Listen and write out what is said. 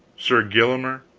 sir gillimer